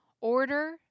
order